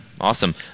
awesome